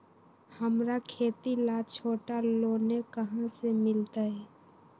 हमरा खेती ला छोटा लोने कहाँ से मिलतै?